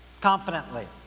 confidently